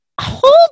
Hold